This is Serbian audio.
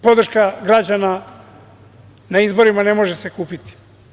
Podrška građana na izborima ne može se kupiti.